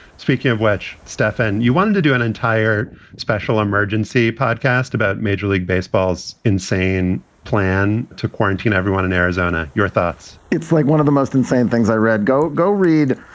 speaking of which, stefan, you wanted to do an entire special emergency podcast about major league baseball's insane plan to quarantine everyone in arizona. your thoughts? it's like one of the most insane things i read. go, go read.